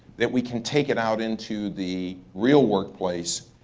that we can take it out into the real workplace,